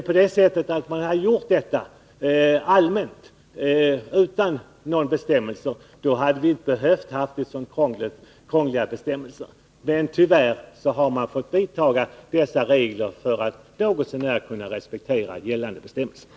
Hade man allmänt gjort detta utan några särskilda bestämmelser hade vi inte behövt införa så krångliga regler. Men tyvärr har vi tvingats vidta dessa åtgärder för att få gällande bestämmelser något så när respekterade.